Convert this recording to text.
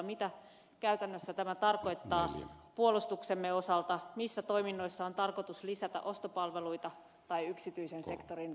mitä käytännössä tämä tarkoittaa puolustuksemme osalta missä toiminnoissa on tarkoitus lisätä ostopalveluita tai yksityisen sektorin roolia